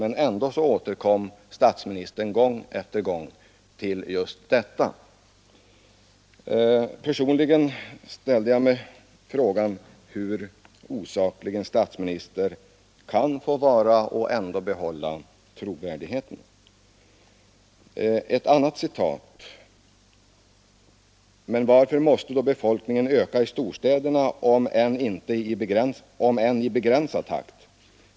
Likväl återkom statsministern gång på gång till just detta. Personligen ställer jag frågan: Hur osaklig får en statsminister vara och ändå behålla trovärdigheten? Ett annat citat: ”Men varför måste då befolkningen öka i storstadsområdena, om än i begränsad takt?